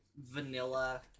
vanilla